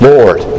Lord